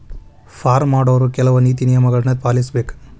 farm ಮಾಡೊವ್ರು ಕೆಲ್ವ ನೇತಿ ನಿಯಮಗಳನ್ನು ಪಾಲಿಸಬೇಕ